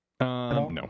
No